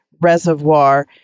reservoir